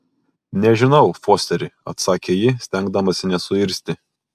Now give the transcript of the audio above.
nežinau fosteri atsakė ji stengdamasi nesuirzti